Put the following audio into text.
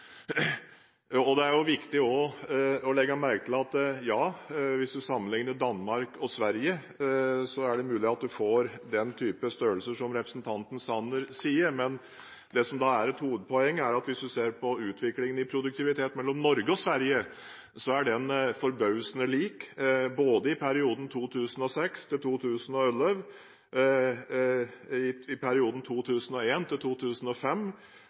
Hvis en sammenligner Danmark og Sverige, er det mulig at en får den type størrelser som representanten Sanner nevner. Men det som er et hovedpoeng, er at hvis en ser på utviklingen i produktivitet i Norge og i Sverige, er den forbausende lik både i perioden 2006–2011, i perioden 2001–2005 og også i perioden 1991–2011. Norge og Sverige har omtrent lik utvikling i produktivitet. Det er interessant – for så vidt – å legge merke til